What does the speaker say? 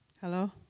Hello